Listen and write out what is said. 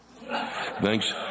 Thanks